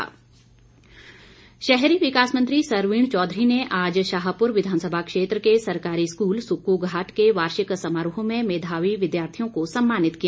सरवीण चौधरी शहरी विकास मंत्री सरवीण चौधरी ने आज शाहपुर विधानसभा क्षेत्र के सरकारी स्कूल सुक्कूघाट के वार्षिक समारोह में मेधावी विद्यार्थियों को सम्मानित किया